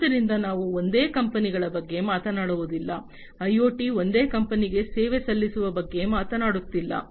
ಆದ್ದರಿಂದ ನಾವು ಒಂದೇ ಕಂಪನಿಗಳ ಬಗ್ಗೆ ಮಾತನಾಡುವುದಿಲ್ಲ ಐಒಟಿ ಒಂದೇ ಕಂಪನಿಗೆ ಸೇವೆ ಸಲ್ಲಿಸುವ ಬಗ್ಗೆ ಮಾತನಾಡುತ್ತಿಲ್ಲ